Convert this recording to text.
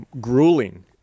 grueling